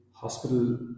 hospital